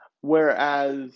Whereas